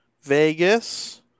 Vegas